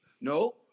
No